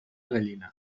gallina